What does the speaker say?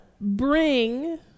bring